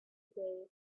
day